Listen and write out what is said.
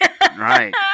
Right